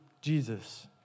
Jesus